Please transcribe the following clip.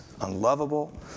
unlovable